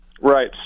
Right